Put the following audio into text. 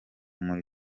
muri